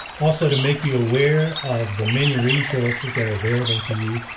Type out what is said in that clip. also to make you aware of the many resources that are available to you,